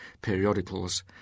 periodicals